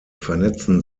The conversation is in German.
vernetzen